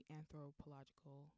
anthropological